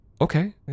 Okay